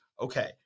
okay